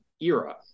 era